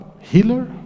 healer